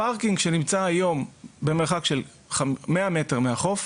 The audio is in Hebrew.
הפארקינג שנמצא היום במרחק של 100 מטר מהחוף,